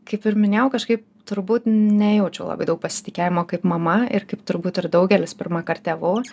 kaip ir minėjau kažkaip turbūt nejaučiau labai daug pasitikėjimo kaip mama ir kaip turbūt ir daugelis pirmąkart tėvų